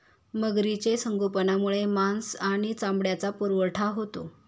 मगरीचे संगोपनामुळे मांस आणि चामड्याचा पुरवठा होतो